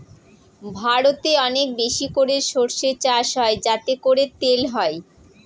ভারতে অনেক বেশি করে সর্ষে চাষ হয় যাতে করে তেল হয়